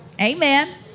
Amen